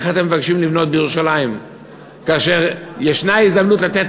איך אתם מבקשים לבנות בירושלים כאשר ישנה הזדמנות לתת